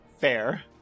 Fair